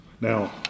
Now